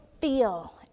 feel